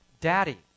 Daddy